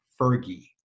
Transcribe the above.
Fergie